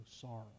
sorrow